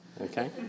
Okay